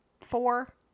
four